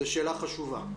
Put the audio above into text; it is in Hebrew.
זאת שאלה חשובה.